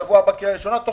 זה